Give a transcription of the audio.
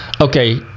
okay